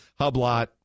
Hublot